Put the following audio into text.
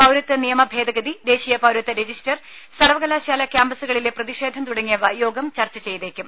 പൌരത്വ നിയമ ഭേദഗതി ദേശീയ പൌരത്വ രജിസ്റ്റർ സർവകലാശാലാ ക്യാമ്പസുകളിലെ പ്രതിഷേധം തുടങ്ങിയവ യോഗം ചർച്ച ചെയ്തേക്കും